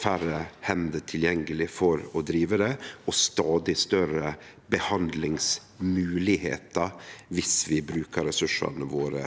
færre hender tilgjengelege for å drive det og stadig større behandlingsmoglegheiter viss vi brukar ressursane våre